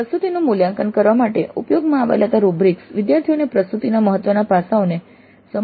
પ્રસ્તુતિનું મૂલ્યાંકન કરવા માટે ઉપયોગમાં લેવાતા રૂબ્રિક્સ વિદ્યાર્થીઓને પ્રસ્તુતિના મહત્વના પાસાઓને સમજવામાં મદદ કરી શકે છે